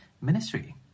ministry